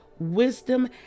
wisdom